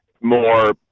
more